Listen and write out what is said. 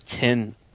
ten